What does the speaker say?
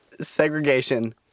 segregation